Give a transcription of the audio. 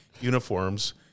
uniforms